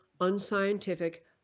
unscientific